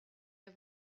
jag